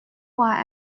why